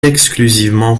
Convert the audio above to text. exclusivement